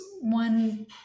one